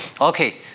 Okay